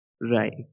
Right